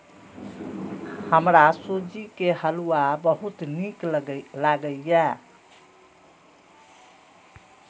हमरा सूजी के हलुआ बहुत नीक लागैए